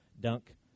dunk